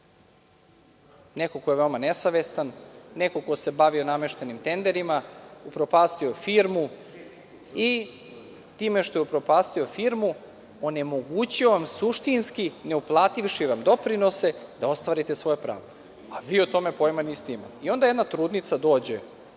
neko ko je veoma nesavestan, neko ko se bavio nameštenim tenderima, upropastio firmu i time što je upropastio firmu onemogućio je suštinski, neuplativši vam doprinose, da ostvarite svoja prava, a vi o tome pojma niste imali. Na primer, jedna trudnica dođe